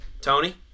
tony